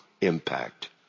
impact